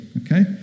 okay